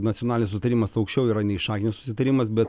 nacionalinis sutarimas aukščiau yra nei šakninis susitarimas bet